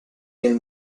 nel